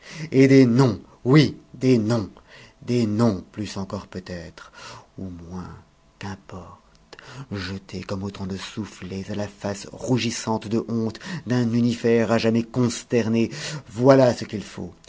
et des noms oui des noms des noms plus encore peut-être ou moins qu'importe jetés comme autant de soufflets à la face rougissante de honte d'un univers à jamais consterné voilà ce qu'il faut